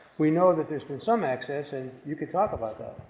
we know that there's been some access and you could talk about that.